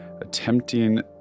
attempting